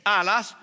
alas